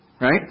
right